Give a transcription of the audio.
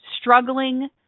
struggling